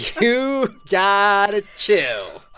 you got to chill